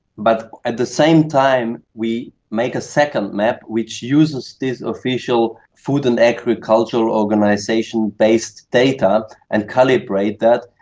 but at the same time we make a second map which uses this official food and agricultural organisation based data and calibrates that.